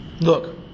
Look